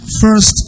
first